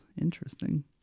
Interesting